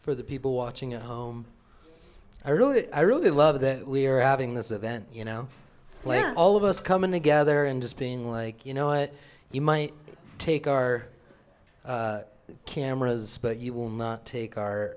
for the people watching at home i really i really love that we are having this event you know where all of us coming together and just being like you know what you might take our cameras but you will not take our